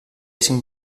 cinc